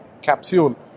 capsule